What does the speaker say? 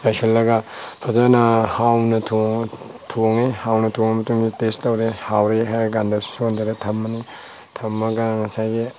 ꯆꯥꯏꯁꯤꯟꯂꯒ ꯑꯗꯨꯅ ꯍꯥꯎꯅ ꯊꯣꯡꯏ ꯍꯥꯎꯅ ꯊꯣꯡꯉ ꯃꯇꯨꯡꯗ ꯇꯦꯁꯠ ꯇꯧꯔꯦ ꯍꯥꯎꯔꯦ ꯍꯥꯏꯔꯀꯥꯟꯗ ꯁꯣꯟꯗꯔꯒ ꯊꯝꯃꯅꯤ ꯊꯝꯃꯀꯥꯟꯗ ꯉꯁꯥꯏꯒꯤ